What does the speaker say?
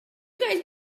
guys